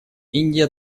индия